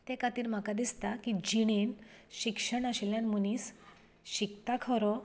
तें खातीर म्हाका दिसता की जिणेंत शिक्षण आशिल्यान मनीस शिकता खरो